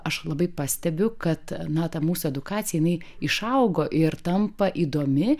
aš labai pastebiu kad na ta mūsų edukacija jinai išaugo ir tampa įdomi